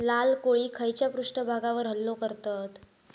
लाल कोळी खैच्या पृष्ठभागावर हल्लो करतत?